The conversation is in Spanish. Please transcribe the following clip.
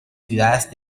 ciudades